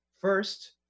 first